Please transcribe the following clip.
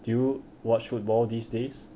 do you watch football these days